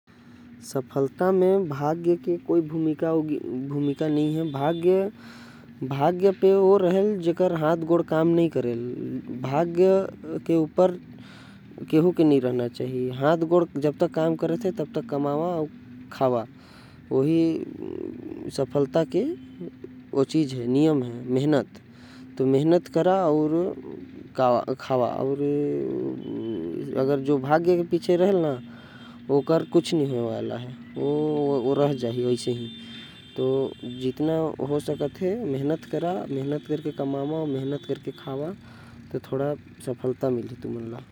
सफलता म भाग्य के कोई भूमिका नही हवे। भाग्य म ओ निर्भर रहथे जेमन के हाथ पैर नही होथे। सफलता म मेहनत के भूमिका होथे। अगर तै मेहनत करबे तो तै सफल हो जाबे।